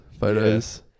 photos